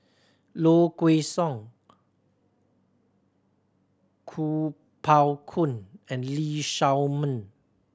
Low Kway Song Kuo Pao Kun and Lee Shao Meng